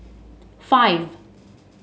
five